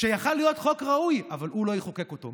שיכולה להיות חוק ראוי, אבל הוא לא יחוקק אותו.